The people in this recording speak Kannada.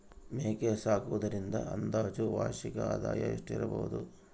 ಮೇಕೆ ಸಾಕುವುದರಿಂದ ಅಂದಾಜು ವಾರ್ಷಿಕ ಆದಾಯ ಎಷ್ಟಿರಬಹುದು?